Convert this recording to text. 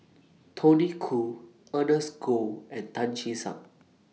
Tony Khoo Ernest Goh and Tan Che Sang